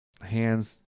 hands